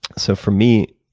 so, for me,